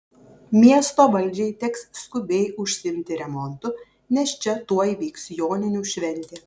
miesto valdžiai teks skubiai užsiimti remontu nes čia tuoj vyks joninių šventė